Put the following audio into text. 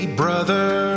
brother